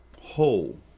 whole